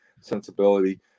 sensibility